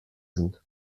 sind